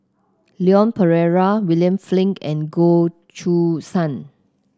Leon Perera William Flint and Goh Choo San